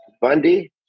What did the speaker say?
Bundy